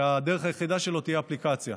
והדרך היחידה שלו תהיה אפליקציה.